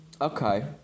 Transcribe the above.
Okay